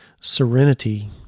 serenity